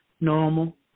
normal